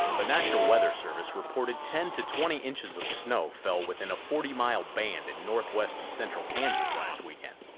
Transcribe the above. the national weather service reported ten to twenty inches of snow fell within a forty mile band in northwest and central kansas, last weekend.